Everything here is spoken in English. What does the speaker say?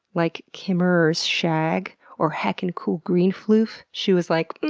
like kimmerer's shag or heckin cool green floof'? she was like,